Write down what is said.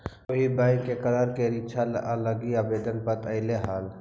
अभी बैंक के क्लर्क के रीक्षा लागी आवेदन पत्र आएलई हल